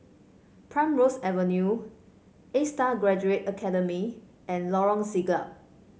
Primrose Avenue A Star Graduate Academy and Lorong Siglap